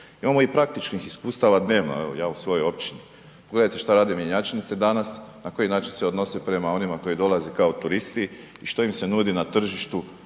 Imamo i praktičnih iskustava dnevno, evo ja u svojoj općini. Pogledajte šta rade mjenjačnice danas, na koji način se odnose prema onima koji dolaze kao turisti i što im se nudi na tržištu